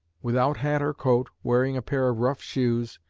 without hat or coat, wearing a pair of rough shoes,